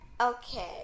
Okay